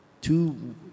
two